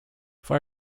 for